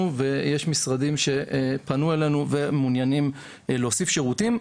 ויש משרדים שפנו אלינו ומעוניינים להוסיף שירותים,